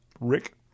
Rick